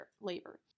Labor